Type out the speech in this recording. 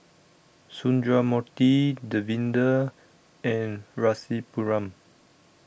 Sundramoorthy Davinder and Rasipuram